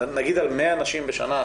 אבל נגיד על 100 נשים בשנה,